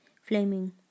flaming